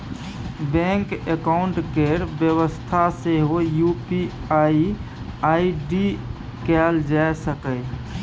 bank account केर बेबस्था सेहो यु.पी.आइ आइ.डी कएल जा सकैए